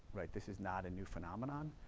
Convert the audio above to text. right? this is not a new phenomenon.